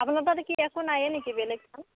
আপোনাৰ তাতে কি একো নাইয়েই নেকি বেলেগ ধান